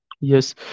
Yes